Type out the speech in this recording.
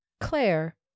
Claire